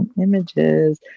Images